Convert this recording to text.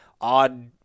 Odd